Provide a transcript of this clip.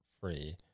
free